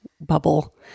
bubble